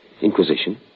Inquisition